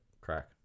crack